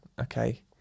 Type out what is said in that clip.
okay